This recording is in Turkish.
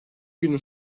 günü